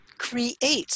creates